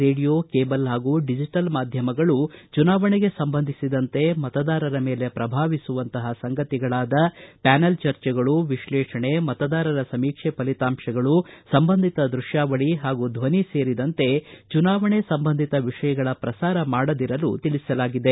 radio cable ಹಾಗೂ digital ಮಾಧ್ಯಮಗಳು ಚುನಾವಣೆಗೆ ಸಂಬಂಧಿಸಿದಂತೆ ಮತದಾರರ ಮೇಲೆ ಪ್ರಭಾವಿಸುವಂತಪ ಸಂಗತಿಗಳಾದ ಪ್ಯಾನಲ್ ಚರ್ಚೆಗಳು ವಿಶ್ಲೇಷಣೆ ಮತದಾರರ ಸಮೀಕ್ಷೆ ಫಲಿಂತಾಂತಗಳು ಸಂಬಂಧಿತ ದೃಶ್ವಾವಳಿ ಹಾಗೂ ಧ್ವನಿ ಸೇರಿದಂತೆ ಚುನಾವಣೆ ಸಂಬಂಧಿತ ವಿಷಯಗಳ ಪ್ರಸಾರ ಮಾಡದಿರಲು ತಿಳಿಸಲಾಗಿದೆ